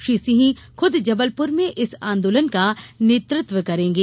श्री सिंह खुद जबलपुर में इस आंदोलन का नेतृत्व करेंगे